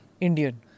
Indian